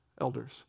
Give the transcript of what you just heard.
elders